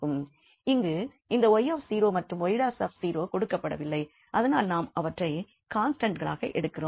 இங்கு இந்த 𝑦 மற்றும் 𝑦′ கொடுக்கப்படவில்லை அதனால் நாம் அவற்றை கான்ஸ்டன்ட்களாக எடுக்கிறோம்